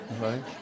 right